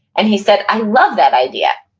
and he said, i love that idea.